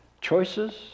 Choices